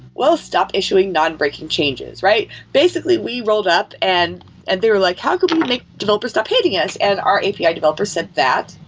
well, stop issuing non-breaking changes, right? basically, we rolled up and and they were like, how could we make developers stop hating us? and our api developer said that,